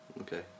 Okay